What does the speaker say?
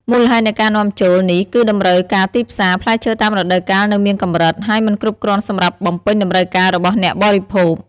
មូលហេតុនៃការនាំចូលនេះគឺតម្រូវការទីផ្សារ ផ្លែឈើតាមរដូវកាលនៅមានកម្រិត ហើយមិនគ្រប់គ្រាន់សម្រាប់បំពេញតម្រូវការរបស់អ្នកបរិភោគ។